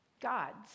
gods